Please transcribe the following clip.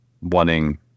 wanting